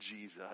Jesus